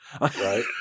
Right